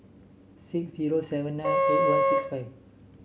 six zero seven nine eight one six five